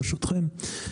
ברשותכם.